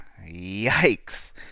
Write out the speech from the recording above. Yikes